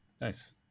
Nice